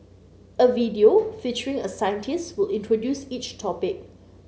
a video featuring a scientist will introduce each topic